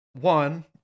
one